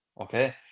Okay